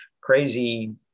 crazy